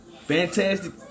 Fantastic